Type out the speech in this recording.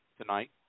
tonight